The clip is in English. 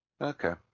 Okay